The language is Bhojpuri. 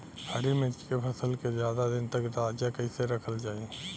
हरि मिर्च के फसल के ज्यादा दिन तक ताजा कइसे रखल जाई?